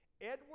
Edward